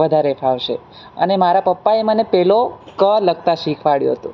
વધારે ફાવશે અને મારા પપ્પાએ મને પહેલો ક લખતાં શિખવાડ્યું હતું